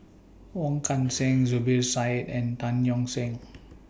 Wong Kan Seng Zubir Said and Tan Yeok Seong